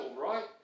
right